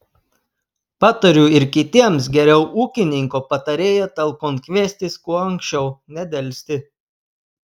patariu ir kitiems geriau ūkininko patarėją talkon kviestis kuo anksčiau nedelsti